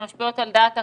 שמשפיעות על דעת הקהל?